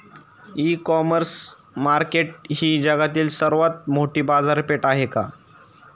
इ commerce market ही जगातील सर्वात मोठी बाजारपेठ आहे का?